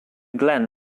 glen